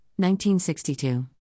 1962